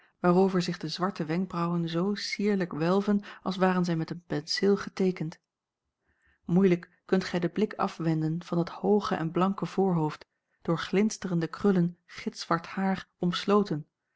waarover zich de zwarte wenkbraauwen zoo cierlijk welven als waren zij met een penceel geteekend moeilijk kunt gij den blik afwenden van dat hooge en blanke voorhoofd door glinsterende krullen gitzwart haar omsloten